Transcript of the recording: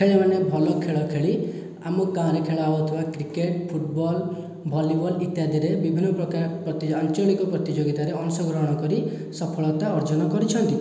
ଖେଳାଳି ମାନେ ଭଲ ଖେଳ ଖେଳି ଆମ ଗାଁରେ ଖେଳା ହେଉଥିବା କ୍ରିକେଟ୍ ଫୁଟବଲ୍ ଭଲିବଲ୍ ଇତ୍ୟାଦିରେ ବିଭିନ୍ନ ପ୍ରକାର ଆଞ୍ଚଳିକ ପ୍ରତିଯୋଗିତା ରେ ଅଂଶ ଗ୍ରହଣ କରି ସଫଳତା ଅର୍ଜନ କରିଛନ୍ତି